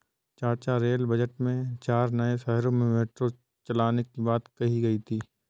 चाचा rail budget में चार नए शहरों में मेट्रो चलाने की बात कही गई थी